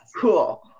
Cool